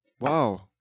Wow